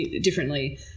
differently